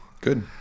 Good